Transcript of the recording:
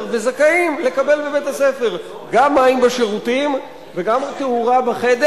וזכאים לקבל בבית-הספר גם מים בשירותים וגם תאורה בחדר,